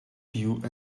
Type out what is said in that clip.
queue